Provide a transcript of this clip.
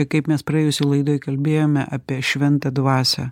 tai kaip mes praėjusioje laidoje kalbėjome apie šventą dvasią